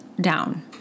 down